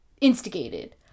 instigated